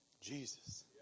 Jesus